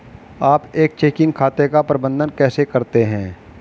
आप एक चेकिंग खाते का प्रबंधन कैसे करते हैं?